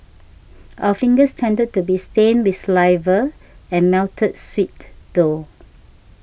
our fingers tended to be stained with saliva and melted sweet though